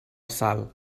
sal